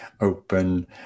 open